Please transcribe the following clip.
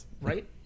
right